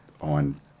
on